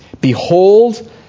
Behold